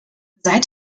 seit